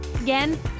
Again